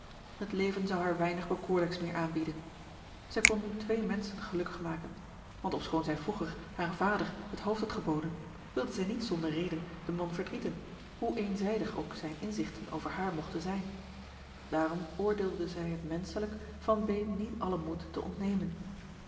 het leven zou haar weinig bekoorlijks meer aanbieden zij kon nu twee menschen gelukkig maken want ofschoon zij vroeger haren vader het hoofd had geboden wilde zij niet zonder reden den man verdrieten hoe eenzijdig ook zijne inzigten over haar mogten zijn daarom oordeelde zij het menschelijk van beem niet allen moed te ontnemen